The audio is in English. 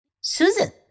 Susan